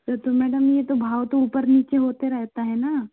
तओ तो मैडम ये तो भाव तो ऊपर नीचे होते रहता है ना